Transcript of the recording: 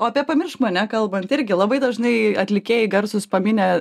o apie pamiršk mane kalbant irgi labai dažnai atlikėjai garsūs pamini